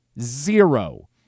Zero